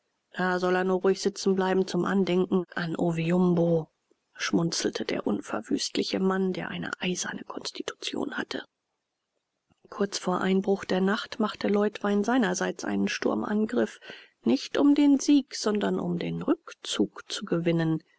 soll er nur ruhig sitzen bleiben zum andenken an oviumbo schmunzelte der unverwüstliche mann der eine eiserne konstitution hatte kurz vor einbruch der nacht machte leutwein seinerseits einen sturmangriff nicht um den sieg sondern um den rückzug zu gewinnen